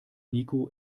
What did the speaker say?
niko